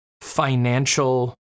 financial